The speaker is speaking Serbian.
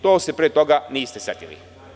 To se pre toga niste setili.